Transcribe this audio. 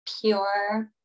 pure